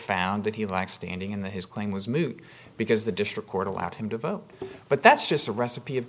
found that he lacks standing in the his claim was moot because the district court allowed him to vote but that's just a recipe of